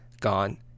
gone